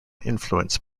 influenced